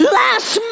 last